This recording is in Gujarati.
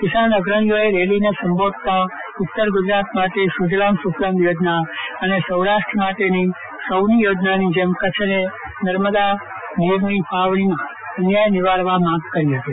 કિસાન અગ્રણીઓએ રેલીને સંબોધતા ઉત્તર ગુજરાત માટે સુજલામ સુફલામ યોજના અને સૌરાષ્ટ્ર માટેની સૌની યોજનાની જેમ કચ્છને નર્મદા નીરની ફાળવણીમાં અન્યાય નિવારવા માંગ કરી હતી